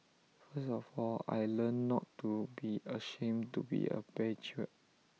first of all I learnt not to be ashamed to be A patriot